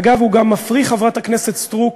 אגב, הוא גם מפריך, חברת הכנסת סטרוק,